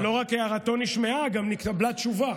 לא רק שהערתו נשמעה, גם נתקבלה תשובה.